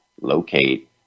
locate